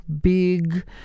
big